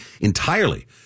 entirely